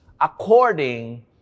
according